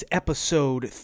episode